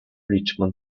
richmond